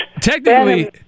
Technically